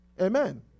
Amen